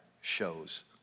shows